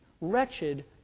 wretched